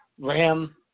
Ram